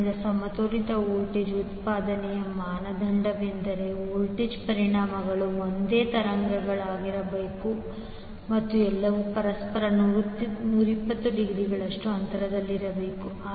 ಆದ್ದರಿಂದ ಸಮತೋಲಿತ ವೋಲ್ಟೇಜ್ ಉತ್ಪಾದನೆಯ ಮಾನದಂಡವೆಂದರೆ ವೋಲ್ಟೇಜ್ ಪರಿಮಾಣಗಳು ಒಂದೇ ತರಂಗಾಂತರವಾಗಿರಬೇಕು ಮತ್ತು ಎಲ್ಲವೂ ಪರಸ್ಪರ 120 ಡಿಗ್ರಿಗಳ ಅಂತರದಲ್ಲಿರಬೇಕು